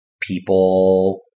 people